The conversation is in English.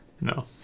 No